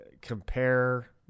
compare